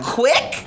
quick